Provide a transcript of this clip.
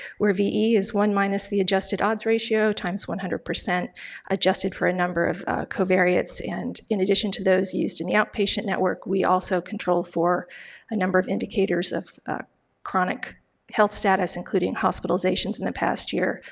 where ve is one minus the adjusted odds ratio, times one hundred, adjusted for a number of covariants, and in addition to those used in the outpatient network we also control for a number of indicators of chronic health status including hospitalizations in the past year,